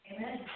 Amen